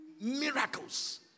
miracles